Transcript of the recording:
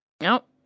Nope